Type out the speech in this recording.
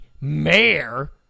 mayor